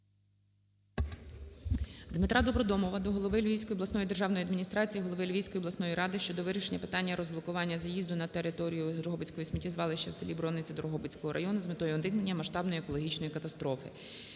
Дмитра Добродомова до голови Львівської обласної державної адміністрації, голови Львівської обласної ради щодо вирішення питання розблокування заїзду на територію Дрогобицького сміттєзвалища в селі Брониця Дрогобицького району з метою уникнення масштабної екологічної катастрофи.